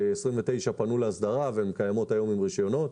29 פנו להסדרה והן קיימות היום עם רישיונות.